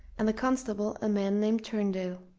and the constable a man named turndale,